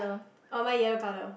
oh mine yellow colour